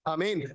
Amen